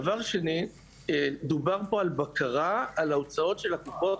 דבר שני, דובר פה על בקרה על ההוצאות של קופות